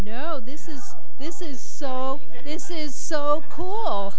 know this is this is so this is so cool